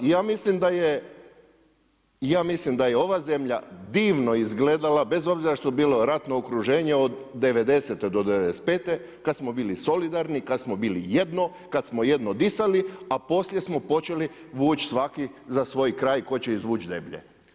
I ja mislim da je, i ja mislim da je ova zemlja divno izgledala bez obzira što je bilo ratno okruženje od '90.-te do '95. kada smo bili solidarni, kada smo bili jedno, kada smo jedno disali a poslije smo počeli vući svaki za svoj kraj tko će izvući deblje.